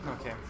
okay